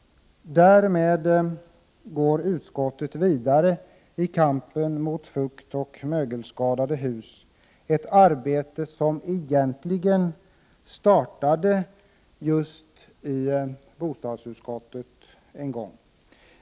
Därmed går utskottet vidare i kampen mot fuktoch mögelskadade hus. Det är ett arbete som egentligen startades just i bostadsutskottet.